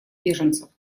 беженцев